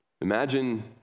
imagine